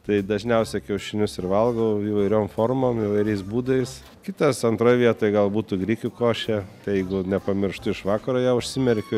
tai dažniausia kiaušinius ir valgau įvairiom formom įvairiais būdais kitas antroj vietoj gal būtų grikių košė tai jeigu nepamirštu iš vakaro ją užsimerkiu